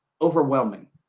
overwhelming